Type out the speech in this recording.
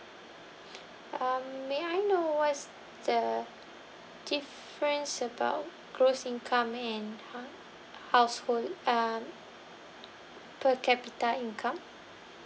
uh may I know what's the difference about gross income and ha~ household uh per capita income